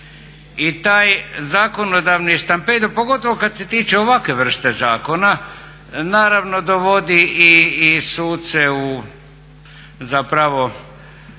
I taj zakonodavni stampedo, pogotovo kada se tiče ovakve vrste zakona naravno dovodi i suce zapravo